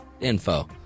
info